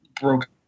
broke